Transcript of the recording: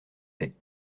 secs